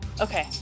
Okay